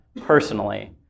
personally